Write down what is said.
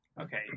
okay